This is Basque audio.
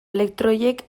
elektroiek